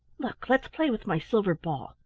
look! let's play with my silver ball,